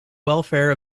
welfare